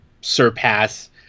surpass